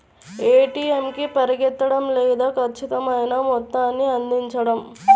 ATM కి పరిగెత్తడం లేదా ఖచ్చితమైన మొత్తాన్ని అందించడం